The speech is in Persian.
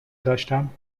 داشتم